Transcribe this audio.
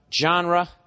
genre